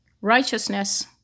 Righteousness